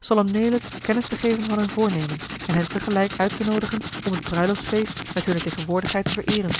solemneellijk kennis te geven van hun voornemen en hen te gelijk uittenoodigen om het bruiloftsfeest met hunne tegenwoordigheid te vereeren